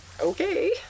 Okay